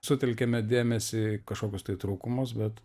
sutelkėme dėmesį į kažkokius tai trūkumus bet